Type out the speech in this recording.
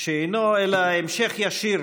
שאינו אלא המשך ישיר